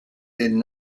den